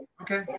Okay